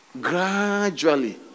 gradually